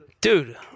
Dude